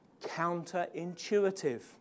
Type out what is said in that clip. counterintuitive